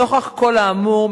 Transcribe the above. נוכח כל האמור,